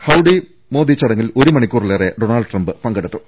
ഹൈഡി മോദി ചടങ്ങിൽ ഒരു മണിക്കൂറി ലേറെ ഡൊണാൾഡ് ട്രംപ് പങ്കെടുത്തു